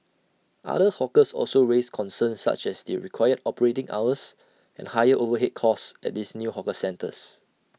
other hawkers also raised concerns such as the required operating hours and higher overhead costs at these new hawker centres